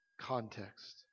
context